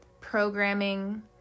programming